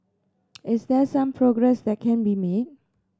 is there some progress that can be made